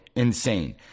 insane